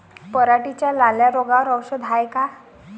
पराटीच्या लाल्या रोगावर औषध हाये का?